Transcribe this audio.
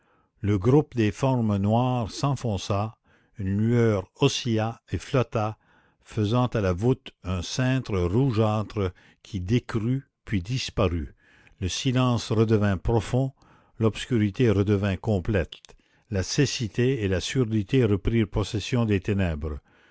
le groupe des formes noires s'enfonça une lueur oscilla et flotta faisant à la voûte un cintre rougeâtre qui décrut puis disparut le silence redevint profond l'obscurité redevint complète la cécité et la surdité reprirent possession des ténèbres